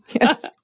Yes